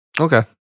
Okay